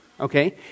Okay